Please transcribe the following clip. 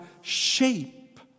shape